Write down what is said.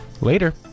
Later